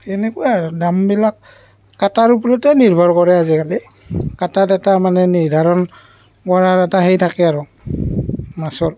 এনেকুৱাই আৰু দামবিলাক কাটাৰ ওপৰতে নিৰ্ভৰ কৰে আজিকালি কাটাত এটা মানে নিৰ্ধাৰণ কৰাৰ এটা সেই থাকে আৰু মাছৰ